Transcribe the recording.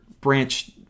branch